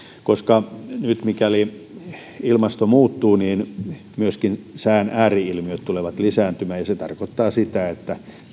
nyt mikäli ilmasto muuttuu myöskin sään ääri ilmiöt tulevat lisääntymään ja se se tarkoittaa sitä että